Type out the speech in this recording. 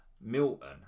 Milton